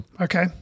Okay